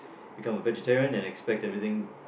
become a vegetarian and expect everything